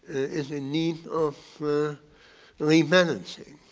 is in need of rebalancing.